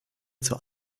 zur